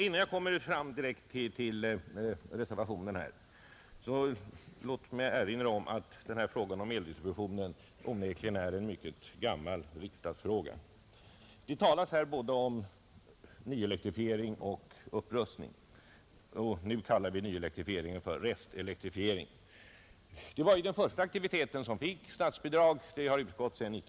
Innan jag kommer fram till reservationen, låt mig erinra om att denna fråga om eldistributionen onekligen är en mycket gammal riksdagsfråga. Det gäller här både nyelektrifiering och upprustning — nu kallar vi Nr 74 nyelektrifiering för restelektrifiering — och nyelektrifieringen var den Fredagen den första aktivitet som fick statsbidrag; sådant har utgått sedan 1940/41.